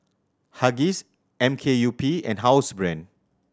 Huggies M K U P and Housebrand